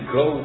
go